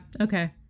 Okay